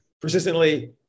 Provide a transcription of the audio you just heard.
persistently